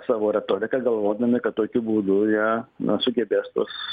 savo retoriką galvodami kad tokiu būdu jie na sugebės tuos